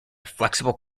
flexible